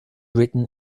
written